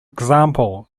example